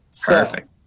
Perfect